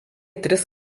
tris